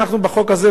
בחוק הזה,